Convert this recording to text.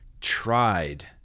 tried